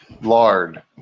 lard